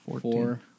Four